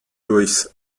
durchs